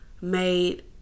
made